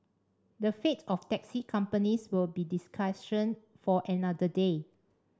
the fate of taxi companies will be discussion for another day